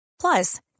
Plus